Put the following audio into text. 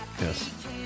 Yes